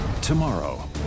tomorrow